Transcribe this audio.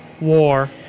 War